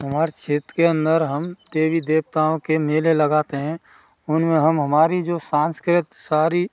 हमार क्षेत्र के अंदर हम देवी देवताओं के मेले लगाते हैं उनमें हम हमारी जो सांस्कृतिक सारी